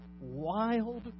wild